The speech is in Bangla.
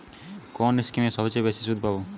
কোন স্কিমে সবচেয়ে বেশি সুদ পাব?